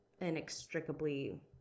inextricably